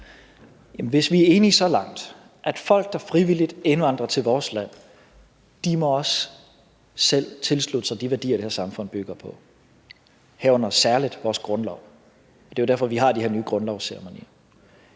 Hvis vi er enige så langt, at folk, der frivilligt indvandrer til vores land, også selv må tilslutte sig de værdier, det her samfund bygger på, herunder særlig vores grundlov – og det er jo derfor, vi har de her nye grundlovsceremonier